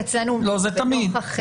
זה תמיד.